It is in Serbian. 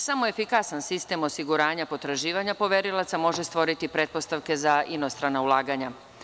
Samo efikasan sistem osiguranja potraživanja poverilaca može stvoriti pretpostavke za inostrana ulaganja.